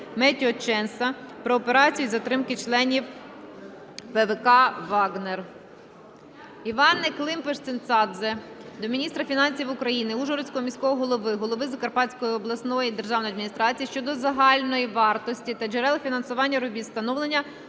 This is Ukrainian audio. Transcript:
Метью Ченса про операцію із затримання членів ПВК "Вагнер". Іванни Климпуш-Цинцадзе до міністра фінансів України, Ужгородського міського голови, голови Закарпатської обласної державної адміністрації щодо загальної вартості та джерел фінансування робіт з встановлення